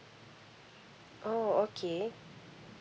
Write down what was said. oo okay